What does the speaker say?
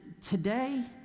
today